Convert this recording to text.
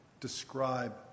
describe